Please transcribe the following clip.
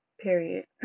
period